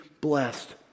blessed